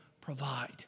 provide